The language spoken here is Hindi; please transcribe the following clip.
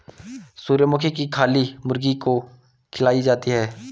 सूर्यमुखी की खली मुर्गी को खिलाई जाती है